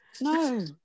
No